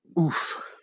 Oof